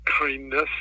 kindness